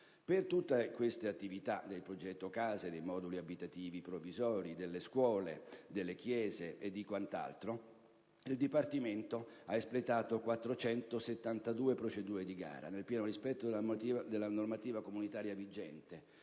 Per tutte queste attività - il progetto C.A.S.E; i moduli abitativi provvisori, le scuole, le chiese e quant'altro - il Dipartimento ha espletato 472 procedure di gara, nel pieno rispetto della normativa comunitaria vigente